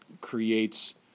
creates